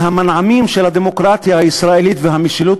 שהמנעמים של הדמוקרטיה הישראלית והמשילות